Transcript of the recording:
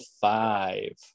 five